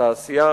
התעשייה,